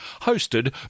hosted